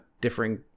differing